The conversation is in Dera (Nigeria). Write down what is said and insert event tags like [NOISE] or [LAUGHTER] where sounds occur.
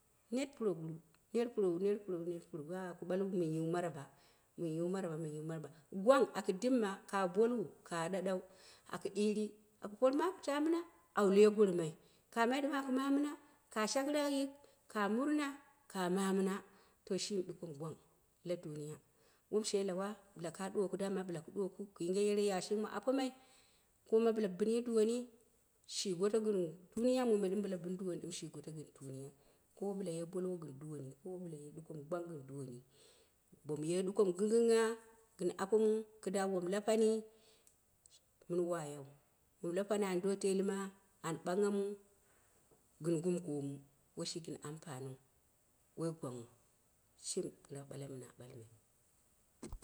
Net purowu, net purowa ah ku ɓalwu mɨn yiwa maraba, mun yiwa mara ba, mun yiwa maraba guana akɨ dimma ka boluwo ka ɗaɗau aku ɗiire aku porma aku taa mina awu lui goro mai kamai ɗɨm aku ma mina, ka shakɨrak yik, ka murna ka ma mina to shimi ɗuka mi gwang la duniya, mu she lawa dama ku ɗuwoko ka yinge yere yashil ma apomai kooma bila bin yi duwoni shi goro gɨn tuniya, mui me ɗɨm bila bini ɗuwoni, shi goto gɨn tuniya. Kowa bila ye boluwo gɨn duwoni, kowa bila yie goto mi gwang gɨn duwoni. bo mu ye ɗuko mɨ ginggingha gɨ apomuu kida wom lapan mɨn wayau. wom lapani an do teelɨma an ɓangnghama gɨn gumi kooma. woi shi gɨn ampaniu. woi gwan ghu skimi kirau ɓala mi na ɓalmai [NOISE]